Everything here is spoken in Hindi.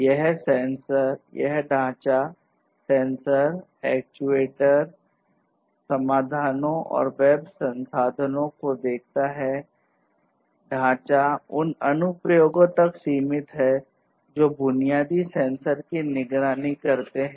यह ढांचा सेंसर एक्चुएटर करते हैं